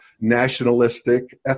nationalistic